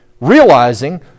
realizing